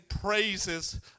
praises